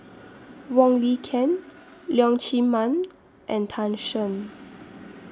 Wong Lin Ken Leong Chee Mun and Tan Shen